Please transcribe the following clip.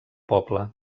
poble